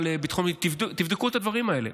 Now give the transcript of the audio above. לביטחון לאומי: תבדקו את הדברים האלה.